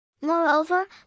Moreover